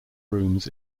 rooms